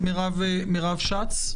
מירב שץ.